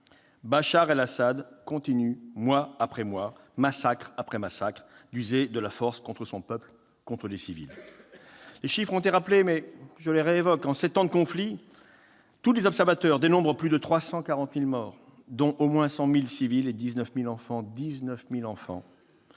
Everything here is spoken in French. Bachar al-Assad continue, mois après mois, massacre après massacre, d'user de la force contre son peuple, contre des civils. Les chiffres ont été rappelés : en sept ans de conflit, tous les observateurs dénombrent plus de 340 000 morts, dont au moins 100 000 civils et 19 000 enfants-